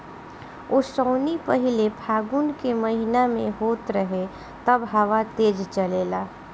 ओसौनी पहिले फागुन के महीना में होत रहे तब हवा तेज़ चलेला